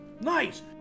Nice